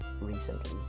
recently